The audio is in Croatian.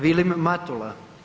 Vilim Matula.